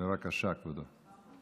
בבקשה, כבודו.